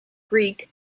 greek